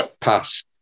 pass